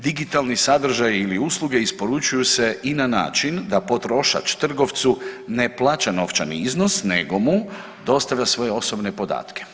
Digitalni sadržaj ili usluge isporučuju se i na način da potrošač trgovcu ne plaća novčani iznos nego mu dostavlja svoje osobne podatke.